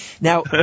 Now